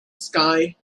sky